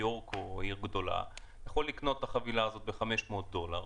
יורק או עיר גדולה יכול לקנות את החבילה האת ב-500 דולר,